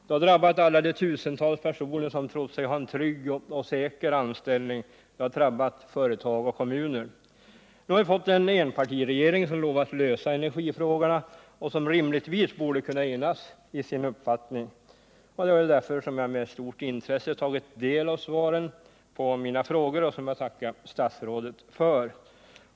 Det har drabbat alla de tusentals personer som trott sig ha en trygg och säker anställning, det har drabbat företag och kommuner. Nu har vi fått en enpartiregering som lovat att lösa energifrågorna och som rimligtvis borde kunna enas i sin uppfattning. Det är därför med stort intresse som jag har tagit del av svaret på mina frågor, och jag tackar statsrådet för svaret.